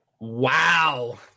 Wow